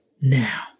now